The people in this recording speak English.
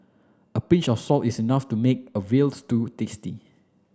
a pinch of salt is enough to make a veal stew tasty